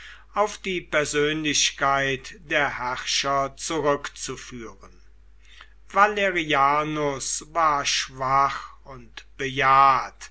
auf die persönlichkeit der herrscher zurückzuführen valerianus war schwach und bejahrt